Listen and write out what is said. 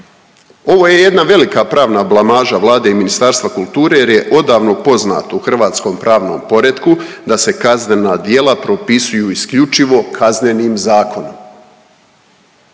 Ovo je jedna velika pravna blamaža Vlade i Ministarstva kulture jer je odavno poznato u hrvatskom pravnom poretku da se kaznena djela propisuju isključivo Kaznenim zakonom.